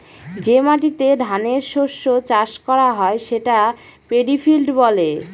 যে মাটিতে ধানের শস্য চাষ করা হয় সেটা পেডি ফিল্ড বলে